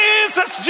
Jesus